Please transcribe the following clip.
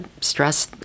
stress